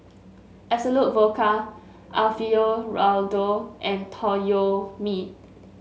Absolut Vodka Alfio Raldo and Toyomi